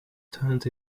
turned